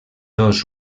dos